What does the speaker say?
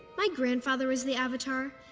my grandfather is the avatar.